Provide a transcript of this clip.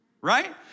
right